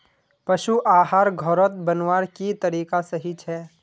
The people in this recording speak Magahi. पशु आहार घोरोत बनवार की तरीका सही छे?